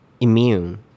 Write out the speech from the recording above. immune